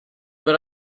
per